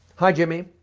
hi, jimmy.